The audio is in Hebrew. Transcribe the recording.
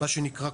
מה שנקרא,